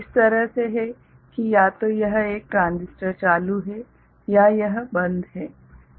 इस तरह से है कि या तो यह एक ट्रांजिस्टर चालू है या यह बंद ठीक है